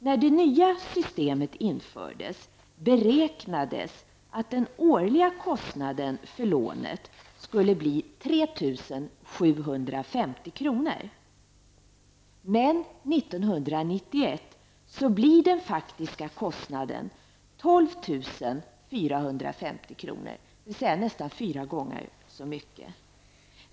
När det nya systemet infördes beräknades att den årliga kostnaden för lånet skulle bli 3 750 kr. Men 1991 blir den faktiska kostnaden 12 450 kr., dvs. nästan fyra gånger så mycket.